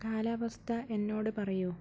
കാലാവസ്ഥ എന്നോട് പറയൂ